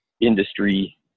industry